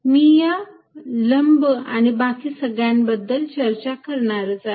मी या लंब आणि बाकी सगळ्यांबद्दल चर्चा करणारच आहे